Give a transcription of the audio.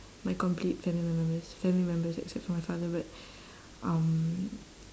my complete family mem~ members family members except for my father but um